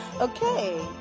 okay